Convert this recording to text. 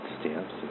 stamps